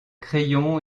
crayon